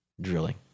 drilling